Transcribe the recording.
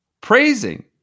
praising